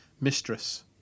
mistress